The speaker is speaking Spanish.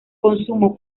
consumo